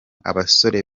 abasore